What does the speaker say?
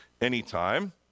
anytime